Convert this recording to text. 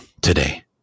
today